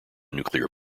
nuclear